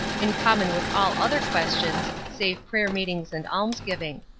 in common with all other questions, save prayer-meetings and almsgiving.